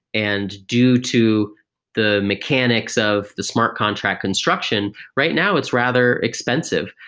and due to the mechanics of the smart contract construction, right now it's rather expensive.